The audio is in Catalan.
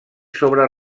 sobre